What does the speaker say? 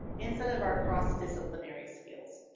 and some of our cross-disciplinary skills.